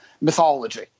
mythology